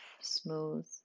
smooth